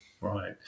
Right